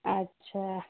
अच्छा